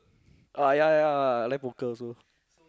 uh ya ya ya I like poker also